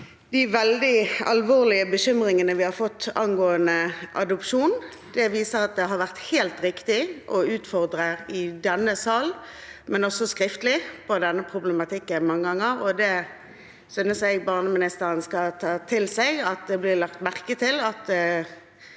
de veldig alvorlige bekymringene vi har fått angående adopsjon. Det viser at det har vært helt riktig å utfordre – i denne sal, men også skriftlig – denne problematikken, mange ganger. Det synes jeg barneministeren skal ta til seg, at det blir lagt merke til at